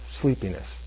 sleepiness